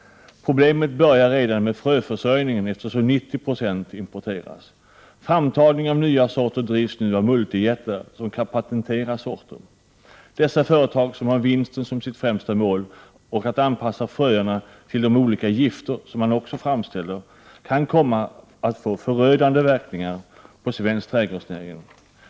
Problemet börjar redan med fröförsörjningen, eftersom ca 90 96 importeras. Framtagningen av nya sorter drivs nu av multijättar som kan patentera sorter. Dessa företag, som har vinsten som sitt främsta mål och som anpassar fröerna till de olika gifter som man också framställer, kan komma att få förödande verkningar på svensk trädgårdsnäring.